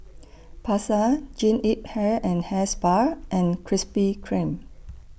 Pasar Jean Yip Hair and Hair Spa and Krispy Kreme